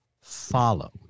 follow